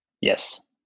yes